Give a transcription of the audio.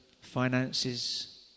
finances